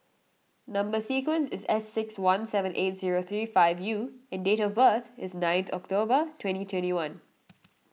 Number Sequence is S six one seven eight zero three five U and date of birth is ninth October twenty twenty one